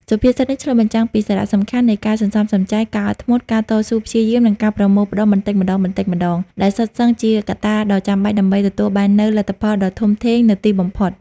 សុភាសិតនេះឆ្លុះបញ្ចាំងពីសារៈសំខាន់នៃ ការសន្សំសំចៃ ការអត់ធ្មត់ ការតស៊ូព្យាយាម និងការប្រមូលផ្តុំបន្តិចម្តងៗ ដែលសុទ្ធសឹងជាកត្តាដ៏ចាំបាច់ដើម្បីទទួលបាននូវលទ្ធផលដ៏ធំធេងនៅទីបំផុត។